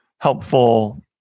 helpful